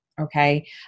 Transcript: Okay